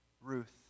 Ruth